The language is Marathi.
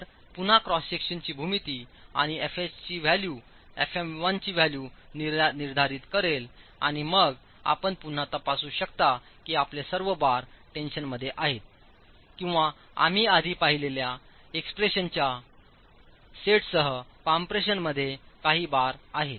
तर पुन्हा क्रॉससेक्शनचीभूमिती आणिFs चीव्हॅल्यूfm1 ची व्हॅल्यू निर्धारित करेल आणि मग आपण पुन्हा तपासू शकता की आपले सर्व बार टेन्शनमध्ये आहेत किंवाआम्ही आधी पाहिलेल्या एक्सप्रेशन्सच्या सेटसह कम्प्रेशनमध्येकाही बार आहेत